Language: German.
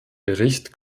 bericht